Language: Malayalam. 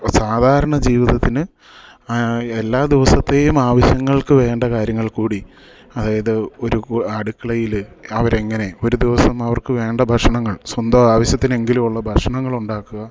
സാധാരണ ജീവിതത്തിന് എല്ലാ ദിവസത്തേയും ആവശ്യങ്ങൾക്കു വേണ്ട കാര്യങ്ങൾകൂടി അതായത് ഒരു അടുക്കളയിൽ അവരെങ്ങനെ ഒരു ദിവസം അവർക്കു വേണ്ട ഭക്ഷണങ്ങൾ സ്വന്തം ആവശ്യത്തിനെങ്കിലുമുള്ള ഭക്ഷണങ്ങൾ ഉണ്ടാക്കുക